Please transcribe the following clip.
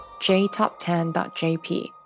jtop10.jp